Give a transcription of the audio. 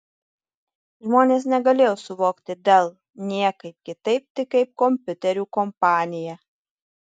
žmonės negalėjo suvokti dell niekaip kitaip tik kaip kompiuterių kompaniją